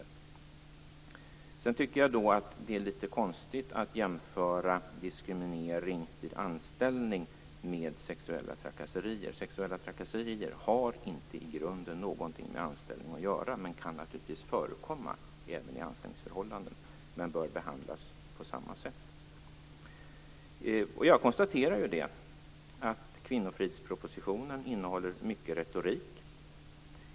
Dessutom tycker jag att det är litet konstigt att jämföra diskriminering vid anställning med sexuella trakasserier. Sexuella trakasserier har inte i grunden någonting med anställning att göra. Det kan naturligtvis förekomma även i anställningsförhållanden, men bör behandlas på samma sätt. Jag konstaterar att kvinnofridspropositionen innehåller mycket retorik.